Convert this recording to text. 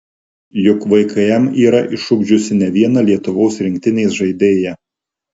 juk vkm yra išugdžiusi ne vieną lietuvos rinktinės žaidėją